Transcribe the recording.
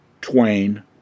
Twain